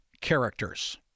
characters